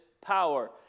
power